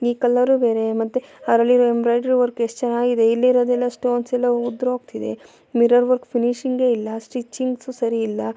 ಈ ಕಲರೂ ಬೇರೆ ಮತ್ತೆ ಅದ್ರಲ್ಲಿರೊ ಎಂಬ್ರೈಡ್ರಿ ವರ್ಕ್ ಎಷ್ಟು ಚೆನ್ನಾಗಿದೆ ಇಲ್ಲಿರೋದೆಲ್ಲ ಸ್ಟೋನ್ಸ್ ಎಲ್ಲ ಉದುರೋಗ್ತಿದೆ ಮಿರರ್ ವರ್ಕ್ ಫಿನಿಶಿಂಗೆ ಇಲ್ಲ ಸ್ಟಿಚಿಂಗ್ಸು ಸರಿ ಇಲ್ಲ